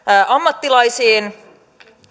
ammattilaisiin